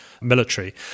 military